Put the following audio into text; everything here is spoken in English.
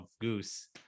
goose